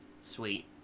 sweet